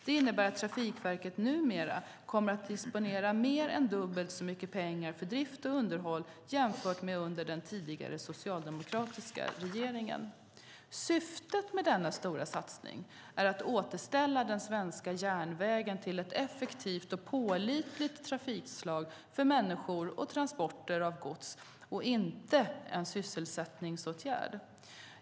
Det innebär att Trafikverket numera kommer att disponera mer än dubbelt så mycket pengar för drift och underhåll jämfört med under den tidigare socialdemokratiska regeringen. Syftet med denna stora satsning är att återställa den svenska järnvägen till ett effektivt och pålitligt trafikslag för människor och transporter av gods och inte en sysselsättningsåtgärd.